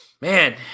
man